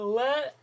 let